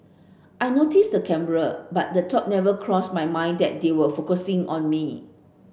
I noticed the camera but the thought never crossed my mind that they were focusing on me